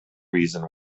reason